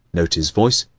note his voice,